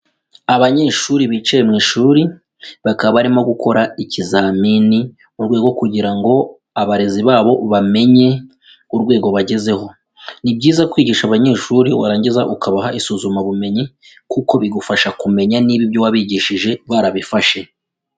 Abanyeshuri bicaye mu ishuri bakaba barimo gukora ikizamini mu rwego kugira ngo abarezi babo bamenye urwego bagezeho, ni byiza kwigisha abanyeshuri warangiza ukabaha isuzumabumenyi kuko bigufasha kumenya niba ibyo wabigishije barabifashe.